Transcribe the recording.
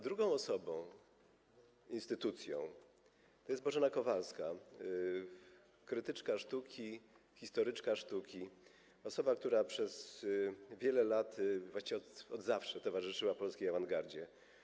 Drugą osobą instytucją jest Bożena Kowalska - krytyczka sztuki, historyczka sztuki, osoba, która przez wiele lat, właściwie od zawsze, towarzyszyła polskiej awangardzie.